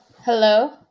Hello